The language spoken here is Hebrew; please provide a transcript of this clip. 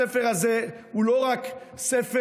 הספר הזה הוא לא רק ספר,